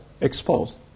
exposed